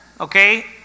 okay